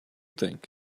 think